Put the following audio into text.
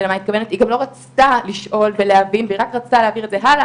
היא גם לא רצתה לשאול ולהבין והיא רק רצתה להעביר את זה הלאה,